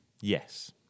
Yes